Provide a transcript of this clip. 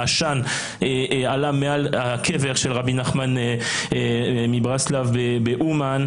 העשן עלה מעל הקבר של רבי נחמן מברסלב באומן,